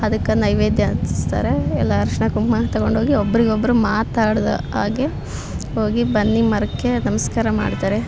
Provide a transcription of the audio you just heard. ಅದಕ್ಕೆ ನೈವೇದ್ಯ ಹಚ್ಚಸ್ತಾರೆ ಎಲ್ಲ ಅರ್ಶಿನ ಕುಂಕುಮ ತಗೊಂಡೋಗಿ ಒಬ್ಬರಿಗೊಬ್ರು ಮಾತಾಡದ ಹಾಗೆ ಹೋಗಿ ಬನ್ನಿ ಮರಕ್ಕೆ ನಮಸ್ಕಾರ ಮಾಡ್ತಾರೆ